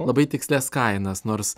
labai tikslias kainas nors